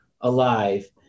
alive